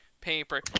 Paper